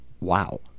wow